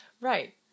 Right